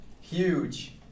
huge